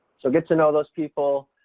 so get to know those people,